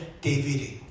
David